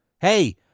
Hey